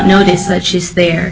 notice that she is there